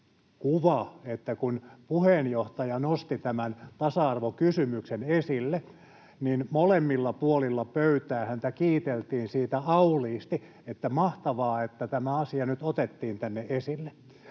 kuva, että kun puheenjohtaja nosti tämän tasa-arvokysymyksen esille, niin molemmilla puolilla pöytää häntä kiiteltiin siitä auliisti, että mahtavaa, että tämä asia nyt otettiin tänne esille.